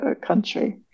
country